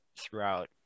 throughout